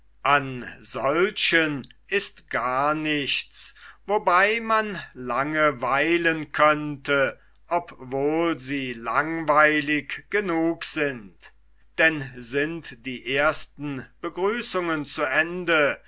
an solchen ist gar nichts wobei man lange weilen könnte obwohl sie langweilig genug sind denn sind die ersten begrüßungen zu ende